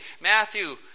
Matthew